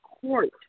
court